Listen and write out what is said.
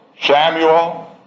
Samuel